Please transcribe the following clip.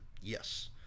Yes